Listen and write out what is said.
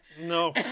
No